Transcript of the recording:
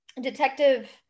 detective